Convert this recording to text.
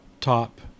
top